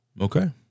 Okay